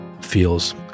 feels